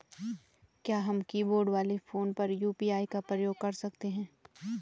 क्या हम कीबोर्ड वाले फोन पर यु.पी.आई का प्रयोग कर सकते हैं?